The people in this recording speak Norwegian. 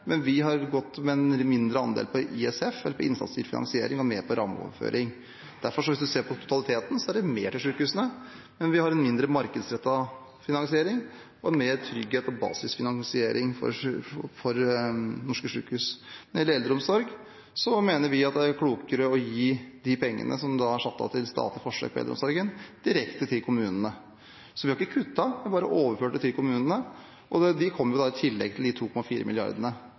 men vi har gått inn med en mindre andel til ISF, innsatsstyrt finansiering, og mer til rammeoverføring. Hvis man ser på totaliteten, er det mer til sykehusene, men vi har en mindre markedsrettet finansering og mer trygghet på basisfinansiering for norske sykehus. Når det gjelder eldreomsorg, mener vi at det er klokere å gi de pengene som er satt av til statlige forsøk på eldreomsorgen, direkte til kommunene. Så vi har ikke kuttet, bare overført det til kommunene. Og det kommer i tillegg til de 2,4